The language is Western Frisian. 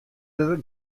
der